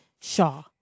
Shaw